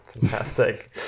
fantastic